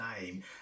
name